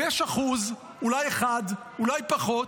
ויש אחוז, אולי אחד, אולי פחות,